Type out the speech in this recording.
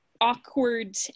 awkward